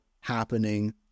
happening